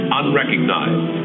unrecognized